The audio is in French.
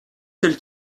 tel